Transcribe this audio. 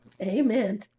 Amen